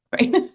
right